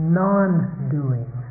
non-doing